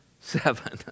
seven